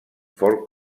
fort